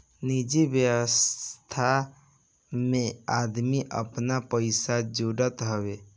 निजि व्यवस्था में आदमी आपन पइसा जोड़त हवे